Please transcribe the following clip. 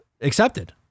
accepted